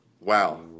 wow